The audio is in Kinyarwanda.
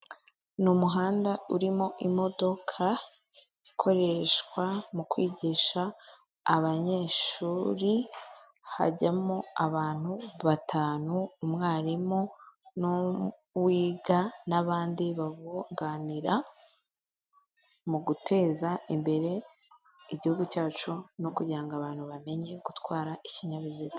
Ni umuhanda urimo imodoka ikoreshwa mu kwigisha abanyeshuri, hajyamo abantu batanu; umwari n'uwiga, n'abandi babunganira mu guteza imbere igihugu cyacu, no kugira ngo abantu bamenye gutwara ikinyabiziga.